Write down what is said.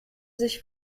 sich